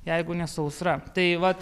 jeigu ne sausra tai va